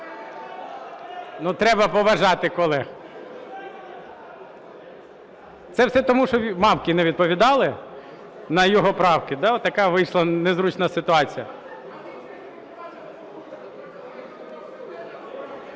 треба поважати колег. Це все тому, що Мамці не відповідали на його правки, да, отака вийшла незручна ситуація.